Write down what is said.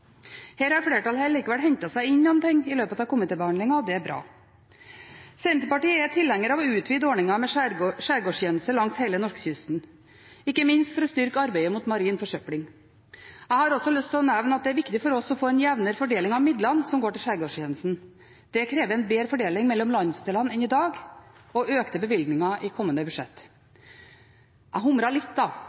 har flertallet likevel hentet seg inn litt i løpet av komitébehandlingen, og det er bra. Senterpartiet er tilhenger av å utvide ordningen med Skjærgårdstjenesten langs hele norskekysten, ikke minst for å styrke arbeidet mot marin forsøpling. Jeg har også lyst å nevne at det er viktig for oss å få en jevnere fordeling av midlene som går til Skjærgårdstjenesten. Det krever en bedre fordeling mellom landsdelene enn i dag og økte bevilgninger i kommende budsjett. Jeg humret litt